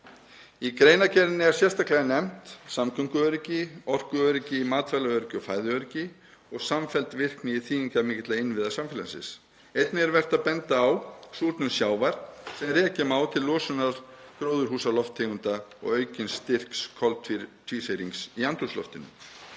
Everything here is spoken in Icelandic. Í greinargerðinni er sérstaklega nefnt samgönguöryggi, orkuöryggi, matvælaöryggi og fæðuöryggi og samfelld virkni þýðingarmikilla innviða samfélagsins. Einnig er vert að benda á súrnun sjávar sem rekja má til losunar gróðurhúsalofttegunda og aukins styrks koltvísýrings í andrúmsloftinu.